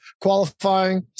qualifying